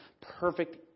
perfect